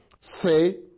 Say